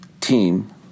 team